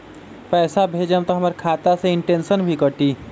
पैसा भेजम त हमर खाता से इनटेशट भी कटी?